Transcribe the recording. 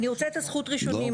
אני רוצה את זכות הראשונים.